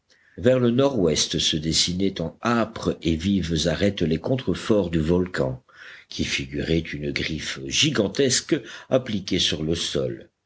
vers le nord-ouest se dessinaient en âpres et vives arêtes les contreforts du volcan qui figuraient une griffe gigantesque appliquée sur le sol